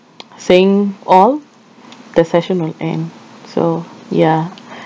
saying all the session won't end so ya